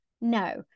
No